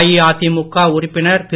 அஇஅதிமுக உறுப்பினர் திரு